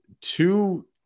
two